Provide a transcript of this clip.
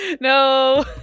No